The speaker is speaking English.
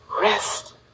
rest